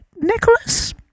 Nicholas